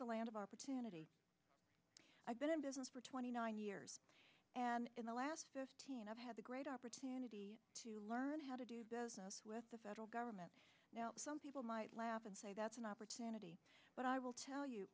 the land of opportunity i've been in business for twenty nine years and in the last fifteen i've had a great opportunity to learn how to do business with the federal government now some people might laugh and say that's an opportunity but i will tell you